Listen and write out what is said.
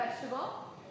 vegetable